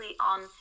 on